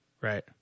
Right